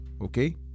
Okay